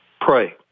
Pray